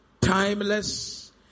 timeless